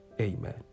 Amen